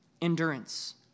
endurance